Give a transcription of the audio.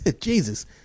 jesus